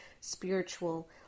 spiritual